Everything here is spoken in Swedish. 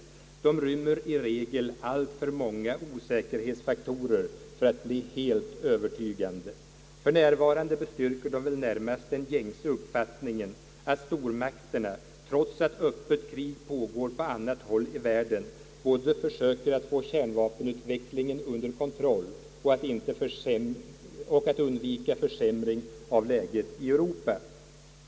De rymmer i regel alltför många osäkerhetsfaktorer för att bli helt övertygande. För närvarande bestyrker de väl närmast den gängse uppfattningen att stormakterna, trots att öppet krig pågår på annat håll i världen, försöker både att få kärnvapenutvecklingen under kontroll och att undvika försämring av läget i Europa.